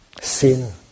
Sin